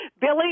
Billy